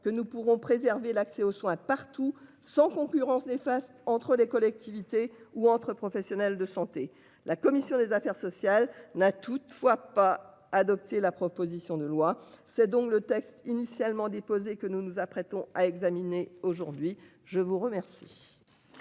que nous pourrons préserver l'accès aux soins partout sans concurrence néfaste entre les collectivités ou entre professionnels de santé. La commission des affaires sociales n'a toutefois pas adopté la proposition de loi. C'est donc le texte initialement déposé que nous nous apprêtons à examiner aujourd'hui. Je vous remercie.